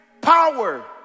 power